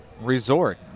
resort